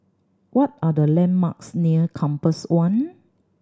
what are the landmarks near Compass One